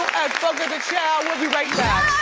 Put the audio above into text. fogo de chao. we'll be right back.